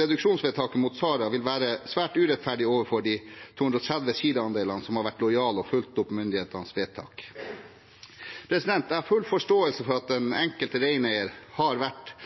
reduksjonsvedtaket mot Sara vil være svært urettferdig overfor de 230 sida-andelene som har vært lojale og fulgt opp myndighetenes vedtak. Jeg har full forståelse for at det for den enkelte reineier har vært,